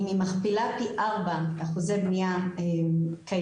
אם היא מכפילה פי ארבע אחוזי בנייה קיימים,